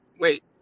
Wait